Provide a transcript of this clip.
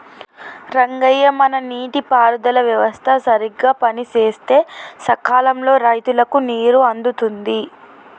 రంగయ్య మన నీటి పారుదల వ్యవస్థ సరిగ్గా పనిసేస్తే సకాలంలో రైతులకు నీరు అందుతుంది